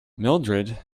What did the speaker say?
mildrid